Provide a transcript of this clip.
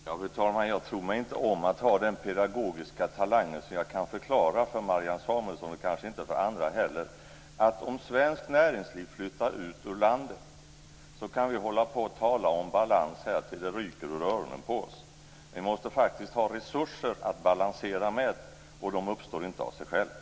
Fru talman! Jag tror mig inte om att ha den pedagogiska talangen att jag kan förklara för Marianne Samuelsson, och kanske heller inte för andra, att vi kan tala om balans tills det ryker ur öronen på oss om svenskt näringsliv flyttar ut ur landet. Vi måste faktiskt ha resurser att balansera med, och de uppstår inte av sig själva.